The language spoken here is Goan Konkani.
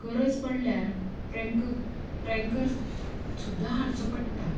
गरज पडल्यार टँकर ट्रँक्रर्स सुद्दा हाडचो पडटा